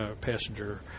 passenger